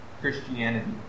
Christianity